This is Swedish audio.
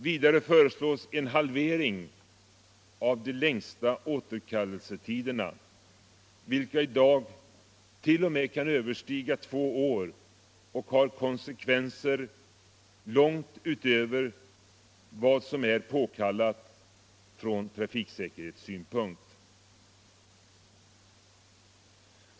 Vidare föreslås en halvering av de längsta återkallelsetiderna, vilka i dag t.o.m. kan överstiga två år och har konsekvenser långt utöver vad som är påkallat från trafiksäkerhetssynpunkt.